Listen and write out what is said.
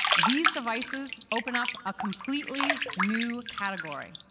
these devices open up a completely new category,